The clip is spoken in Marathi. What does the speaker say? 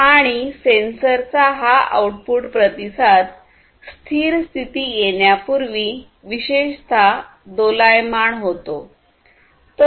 आणि सेन्सरचा हा आउटपुट प्रतिसाद स्थिर स्थिती येण्यापूर्वी विशेषत दोलायमान होतो